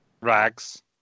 rags